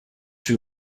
two